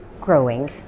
Growing